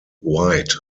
white